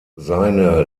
seine